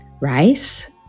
Rice